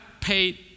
paid